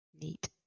neat